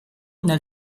nel